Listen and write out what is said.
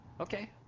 Okay